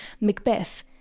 Macbeth